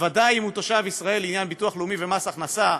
ובוודאי אם הוא תושב ישראל לעניין ביטוח לאומי ומס הכנסה,